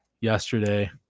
yesterday